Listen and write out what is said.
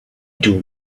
two